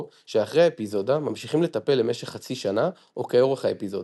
שאחרי האפיזודה ממשיכים לטפל למשך חצי שנה או כאורך האפיזודה.